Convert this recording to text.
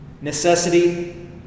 necessity